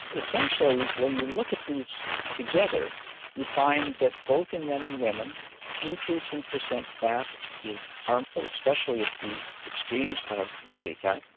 essentially when you look at these together you find that both in men and women percent fat is harmful, especially at the extremes of body fat,